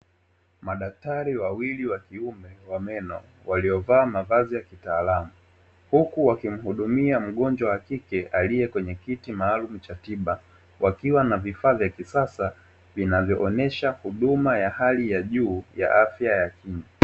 Madaktari wawili wa kiume wa meno , waliovaa mavazi ya kitaalamu. Huku wakimhudumia mgonjwa wa kike aliye kwenye kiti maalumu cha tiba , wakiwa na vifaaa vya kisasa vinavoonesha huduma ya hali ya juu ya afya ya kinywa.